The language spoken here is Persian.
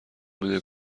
میده